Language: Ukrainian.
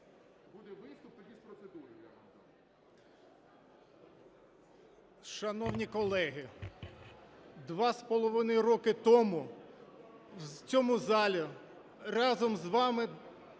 Шановні колеги, два з половиною роки тому в цьому залі разом з вами